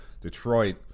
Detroit